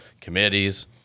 committees